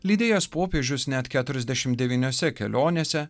lydėjęs popiežius net keturiasdešim devyniose kelionėse